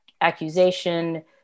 accusation